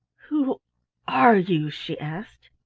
who are you? she asked.